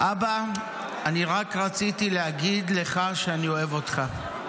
אבא, אני רק רציתי להגיד לך שאני אוהב אותך.